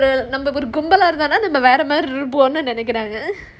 நம்ம கும்பலா இருந்தா நாம வேற மாதிரி இருப்போம் அது:namma kumbalaa iruntha namma vera maadhiri irupom adhu